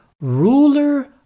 ruler